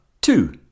two